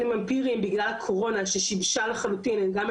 גם את כל נושא השהייה הבלתי חוקית,